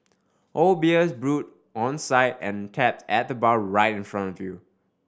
all beers brewed on site and tapped at the bar right in front of you